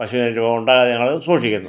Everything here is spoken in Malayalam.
പക്ഷെ രോഗമുണ്ടാകാതെ നമ്മൾ സൂക്ഷിക്കുന്നു